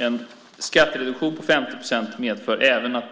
En skattereduktion på 50 procent medför även att